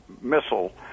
missile